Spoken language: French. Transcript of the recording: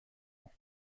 ans